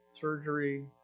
surgery